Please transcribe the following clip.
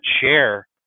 share